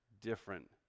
different